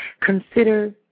Consider